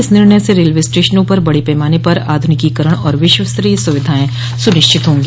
इस निर्णय से रेलवे स्टेशनों पर बड़े पैमाने पर आध्निकीकरण और विश्वस्तरीय सुविधाएं सुनिश्चित होंगी